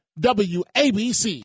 WABC